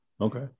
okay